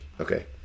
Okay